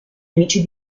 amici